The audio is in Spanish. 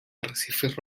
arrecifes